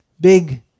big